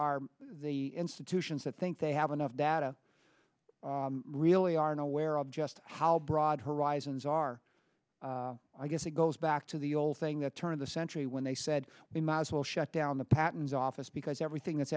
maybe the institutions that think they have enough data really aren't aware of just how broad horizons are i guess it goes back to the old thing the turn of the century when they said we might as well shut down the patent office because everything that's